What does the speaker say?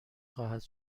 خواهد